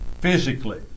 physically